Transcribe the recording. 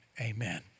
Amen